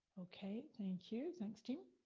okay, thank you, thanks to you.